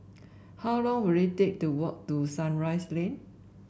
how long will it take to walk to Sunrise Lane